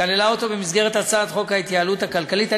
כללה אותו במסגרת הצעת חוק ההתייעלות הכלכלית.